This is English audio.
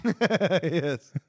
Yes